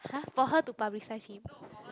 !huh! for her to publicise him